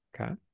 Okay